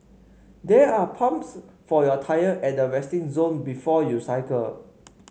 there are pumps for your tyres at the resting zone before you cycle